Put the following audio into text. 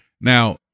Now